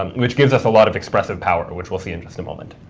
um which gives us a lot of expressive power, which we'll see in just a moment.